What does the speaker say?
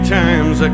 times